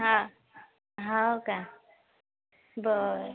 हां हा का बरं